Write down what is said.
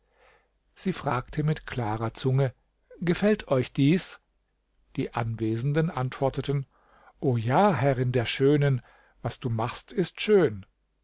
sie fragte mit klarer zunge gefällt euch dies die anwesenden antworteten o ja herrin der schönen was du machst ist schön